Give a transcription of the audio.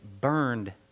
burned